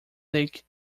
sake